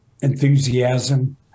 enthusiasm